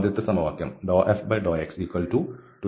ആദ്യത്തെ സമവാക്യം ∂f∂x2xy ആണ്